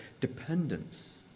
dependence